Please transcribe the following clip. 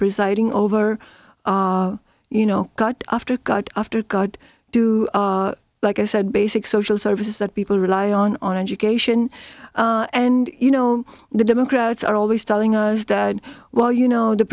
presiding over you know god after god after god do like i said basic social services that people rely on on education and you know the democrats are always telling us that well you know